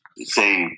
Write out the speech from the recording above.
say